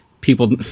people